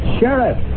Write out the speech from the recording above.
sheriff